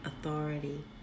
authority